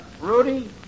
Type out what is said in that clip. Rudy